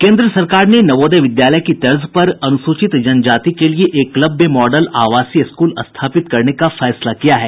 केन्द्र सरकार ने नवोदय विद्यालय की तर्ज पर अनुसूचित जनजाति के लिए एकलव्य मॉडल आवासीय स्कूल स्थापित करने का निर्णय लिया है